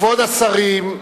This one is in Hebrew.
כבוד השרים,